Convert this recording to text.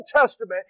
Testament